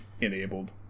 enabled